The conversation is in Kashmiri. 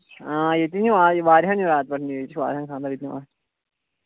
آ ییٚتہِ نیوٗ آ یہِ واریہو نیوٗ راتہٕ پٮ۪ٹھ یہِ